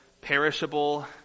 perishable